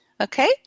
okay